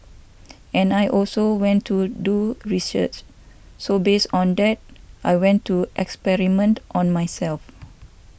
and I also went to do research so based on that I went to experiment on myself